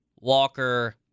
Walker